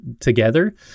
together